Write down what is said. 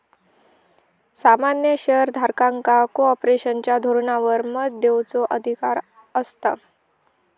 सामान्य शेयर धारकांका कॉर्पोरेशनच्या धोरणांवर मत देवचो अधिकार असता